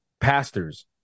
pastors